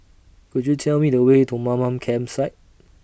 Could YOU Tell Me The Way to Mamam Campsite